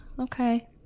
Okay